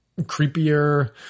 creepier